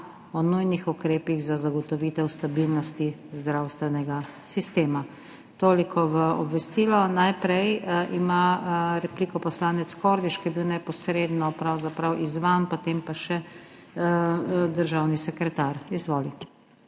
o nujnih ukrepih za zagotovitev stabilnosti zdravstvenega sistema. Toliko v obvestilo. Najprej ima repliko poslanec Kordiš, ki je bil pravzaprav neposredno izzvan, potem pa še državni sekretar. Izvoli.